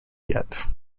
yet